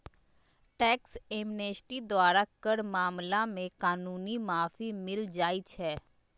tax amnesty द्वारा कर मामला में कानूनी माफी मिल जाइ छै